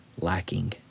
lacking